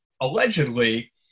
allegedly